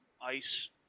Ice